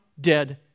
dead